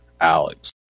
Alex